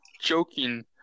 joking